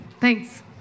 Thanks